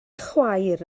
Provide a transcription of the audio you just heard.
chwaer